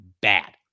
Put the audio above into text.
bad